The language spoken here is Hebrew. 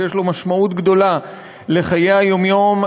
שיש לו משמעות גדולה לחיי היום-יום,